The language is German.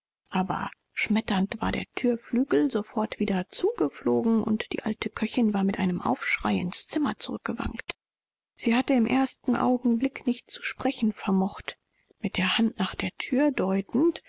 aber schmetternd war der thürflügel sofort wieder zugeflogen und die alte köchin war mit einem aufschrei ins zimmer zurückgewankt sie hatte im ersten augenblick nicht zu sprechen vermocht mit der hand nach der thür deutend